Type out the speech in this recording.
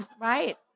Right